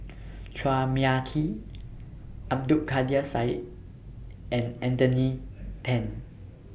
Chua Mia Tee Abdul Kadir Syed and Anthony Then